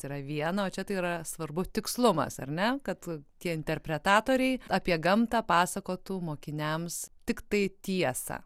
yra viena o čia tai yra svarbu tikslumas ar ne kad tie interpretatoriai apie gamtą pasakotų mokiniams tiktai tiesą